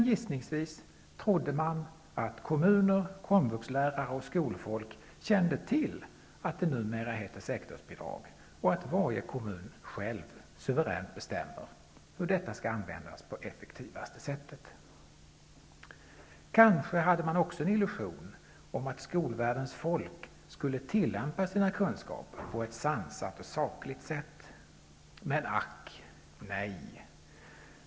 Gissningsvis trodde man att kommuner, komvuxlärare och skolfolk kände till att det numera heter sektorsbidrag och att varje kommun själv suveränt bestämmer hur detta skall användas på effektivaste sätt. Kanske hade man också illusionen att skolvärldens folk skulle tillämpa sina kunskaper på ett sansat och sakligt sätt. Ack nej!